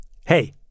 Hey